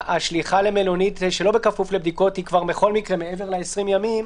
השליחה למלונית שלא בכפוף לבדיקות היא בכל מקרה מעבר ל-20 ימים,